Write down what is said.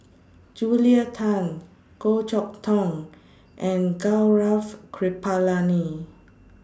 Julia Tan Goh Chok Tong and Gaurav Kripalani